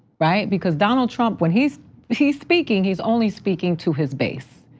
right? because donald trump when he's he's speaking he's only speaking to his base,